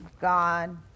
God